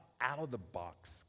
out-of-the-box